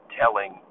telling